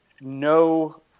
no